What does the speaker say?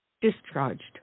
discharged